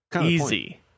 easy